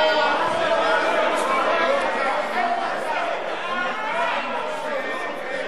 הותחלה ההצבעה, מה אתם צועקים פה?